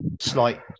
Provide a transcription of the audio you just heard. slight